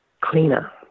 cleaner